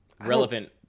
Relevant